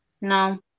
No